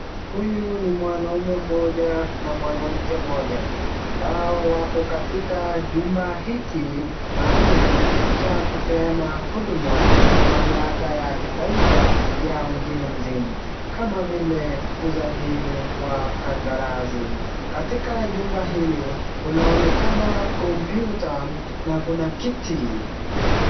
Huyu ni mwanaume mmoja na mwanamke mmoja ambao wako katika jumba hiki maalum cha kupeana huduma za mamlaka ya kitaifa ya ujenzi kama vile usajili wa kandarasi, katika jumba hili kunaonekana kompyuta na kuna kiti.